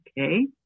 okay